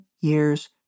years